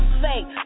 fake